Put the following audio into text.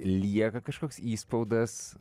lieka kažkoks įspaudas